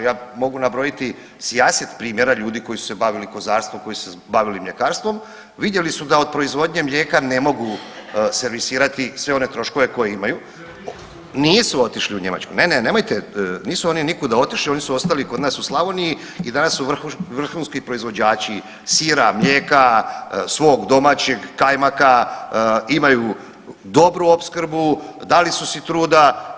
Ja mogu nabrojiti sijaset primjera ljudi koji su se bavili kozarstvom, koji su se bavili mljekarstvom vidjeli su da od proizvodnje mlijeka ne mogu servisirati sve one troškove koje imaju … [[Upadica se ne razumije.]] Nisu otišli u Njemačku, ne, ne, nemojte, nisu oni nikuda otišli oni su ostali kod nas u Slavoniji i danas su vrhunski proizvođači sira, mlijeka svog domaćeg kajmaka, imaju dobru opskrbu, dali su si truda.